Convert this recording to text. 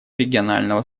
регионального